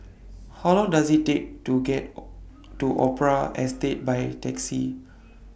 How Long Does IT Take to get to Opera Estate By Taxi